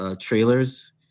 Trailers